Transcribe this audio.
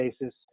basis